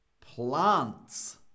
plants